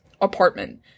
Apartment